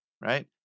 right